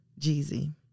jeezy